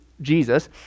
Jesus